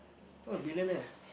oh billionaire